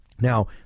Now